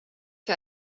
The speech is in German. für